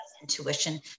intuition